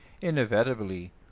inevitably